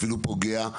אפילו פוגע,